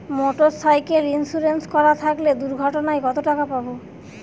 Motorcycle insurance করা থাকলে দুঃঘটনায় কতটাকা পাব?